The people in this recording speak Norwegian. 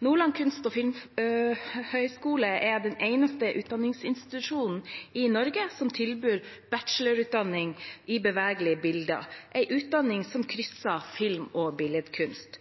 Nordland kunst- og filmfagskole er den eneste utdanningsinstitusjonen i Norge som tilbyr bachelorutdanning i bevegelige bilder, en utdanning som krysser film og billedkunst.